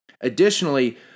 Additionally